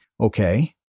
Okay